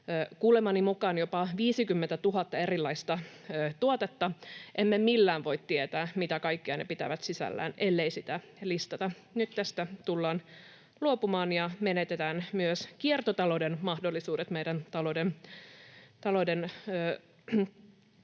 kuulemani mukaan jopa 50 000 erilaista tuotetta. Emme millään voi tietää, mitä kaikkea ne pitävät sisällään, ellei niitä listata. Nyt tästä tullaan luopumaan ja menetetään myös kiertotalouden mahdollisuudet meidän talouden